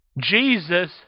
Jesus